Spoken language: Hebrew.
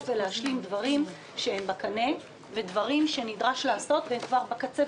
ולהשלים דברים שהם בקנה ודברים שנדרש לעשות והם כבר בקצה,